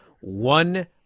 one